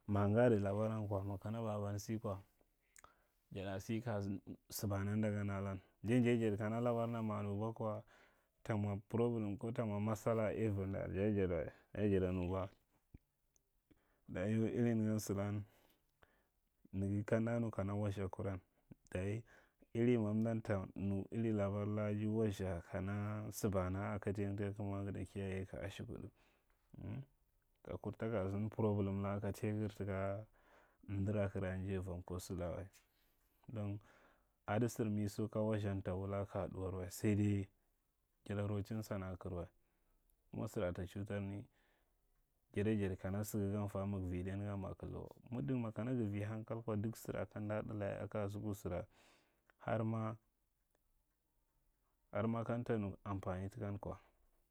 Ma ngadi labaran kw aka baban sa kwa, jada sa kaja mwa samana dan adan. Ja ye jada jadi kana labar dan ma mba kwa ta mwa problem. Ko ta mwa masala aivi nda wa dayi jada nuba. Dayi iri nega sagan jadi kamda nu kana wastha kuran, dayi iri madman ta nu iri labar la adi wastha kana sibana a kayayagar ye kaya shifir. Mh, takurta ta sin ta problem a katayaga taka amdara kagara njai uwam ko salawa. Don ada sir miga ka wastha ta ka ɗuwar wa, sai dai jada rechin san a kir. Ma sara ta chutarni jada jadi kana sagan fa maya kaidi kwa, muddin mag vi hankal kwa duk sara kamda ɗi a kasu ku sira dar ma kamta mwa amfami takan kwa…